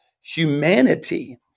humanity